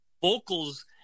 vocals